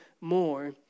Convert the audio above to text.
more